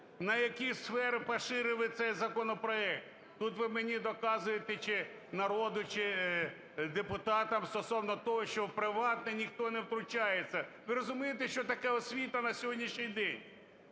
на які сфери поширили цей законопроект? Тут ви мені доказуєте чи народу, чи депутатам стосовно того, що в приватне ніхто не втручається. Ви розумієте, що таке освіта на сьогоднішній день?